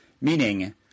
meaning